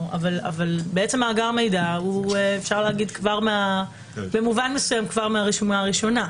אבל מאגר מידע הוא במובן מסוים כבר מהרשומה הראשונה.